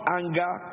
anger